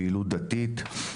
פעילות דתית,